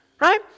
right